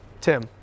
Tim